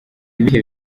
ibihe